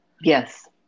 Yes